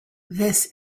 this